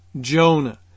Jonah